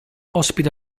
ospita